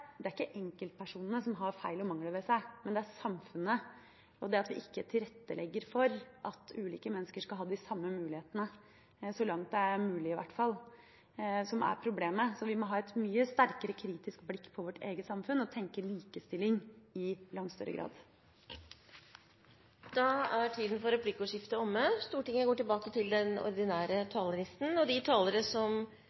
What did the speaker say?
det ofte ikke er enkeltpersonene som har feil og mangler ved seg, men samfunnet og det at vi ikke tilrettelegger for at ulike mennesker skal ha de samme mulighetene – så langt det er mulig, i hvert fall – som er problemet. Vi må ha et mye sterkere kritisk blikk på vårt eget samfunn og tenke likestilling i langt større grad. Replikkordskiftet er omme.